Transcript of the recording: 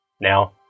Now